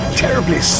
terribly